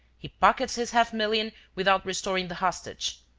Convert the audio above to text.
he pockets his half-million, without restoring the hostage.